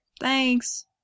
Thanks